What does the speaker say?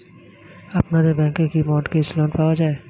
আপনাদের ব্যাংকে কি মর্টগেজ লোন পাওয়া যায়?